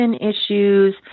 issues